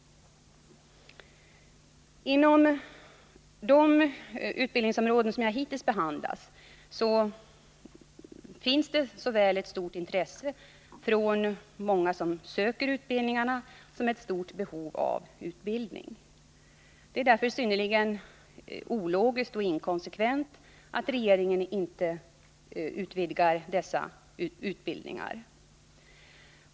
Inom de utbildningsområden som jag hittills behandlat finns äl ett stort intresse från många som söker utbildningarna som ett stort behov av utbildning. Det är därför synnerligen ologiskt och inkonsekvent att regeringen inte utökar dessa utbildningar.